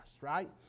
right